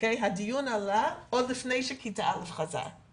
הדיון עלה עוד לפני שכיתה א' חזרו ללימודים.